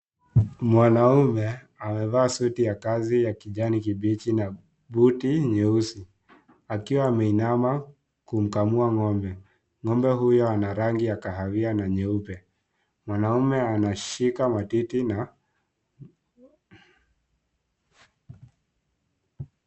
Mwanaume amevaa suti ya kazi ya kijani kibichi na buti nyeusi akiwa ameinama kumkamua ng'ombe . Ng'ombe huyo ana rangi ya kahawia na nyeupe . Mwanaume anashika matiti na.